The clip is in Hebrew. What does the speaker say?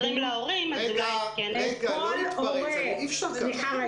מתקשרים להורים אז אולי כן הייתם --- אי אפשר כך,